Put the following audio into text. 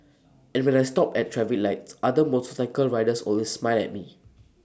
and when I stop at traffic lights other motorcycle riders always smile at me